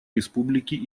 республики